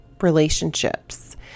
relationships